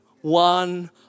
one